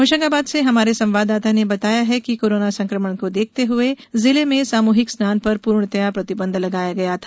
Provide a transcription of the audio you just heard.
होशंगाबाद से हमारे संवाददाता ने बताया है कि कोरोना संकमण को देखते हुए जिले में सामूहिक स्नान पर पूर्णतः प्रतिबंध लगाया गया था